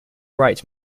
rights